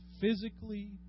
physically